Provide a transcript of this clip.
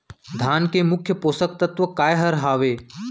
धान के मुख्य पोसक तत्व काय हर हावे?